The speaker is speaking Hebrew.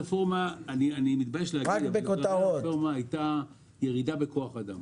עיקר הרפורמה היה ירידה בכוח אדם.